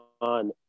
on